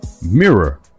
Mirror